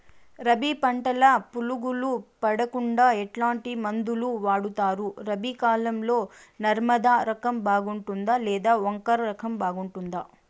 రబి పంటల పులుగులు పడకుండా ఎట్లాంటి మందులు వాడుతారు? రబీ కాలం లో నర్మదా రకం బాగుంటుందా లేదా ఓంకార్ రకం బాగుంటుందా?